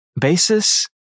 Basis